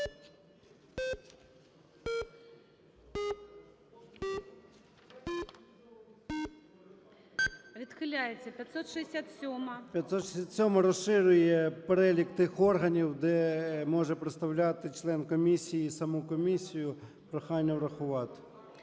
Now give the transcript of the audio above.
ЧЕРНЕНКО О.М. 567-а розширює перелік тих органів, де може представляти член комісії саму комісію. Прохання врахувати.